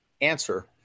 answer